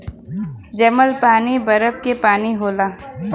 जमल पानी बरफ के पानी होला